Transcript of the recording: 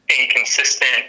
inconsistent